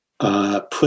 Put